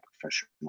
professional